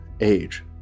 Age